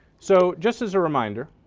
so just as a reminder,